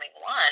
one